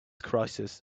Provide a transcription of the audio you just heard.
crisis